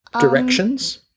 directions